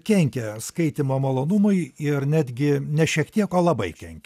kenkia skaitymo malonumui ir netgi ne šiek tiek o labai kenkia